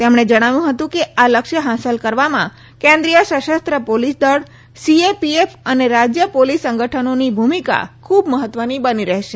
તેમણે જણાવ્યું હતું કે આ લક્ષ્ય હાંસલ કરવામાં કેન્દ્રીય સશસ્ત્ર પોલીસ દળ સીએપીએફ અને રાજય પોલીસ સંગઠનોની ભૂમિકા ખુબ મહત્વની બની રહેશે